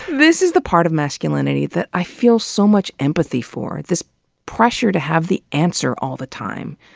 this is the part of masculinity that i feel so much empathy for. this pressure to have the answer all the time,